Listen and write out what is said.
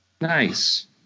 Nice